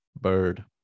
bird